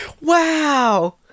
wow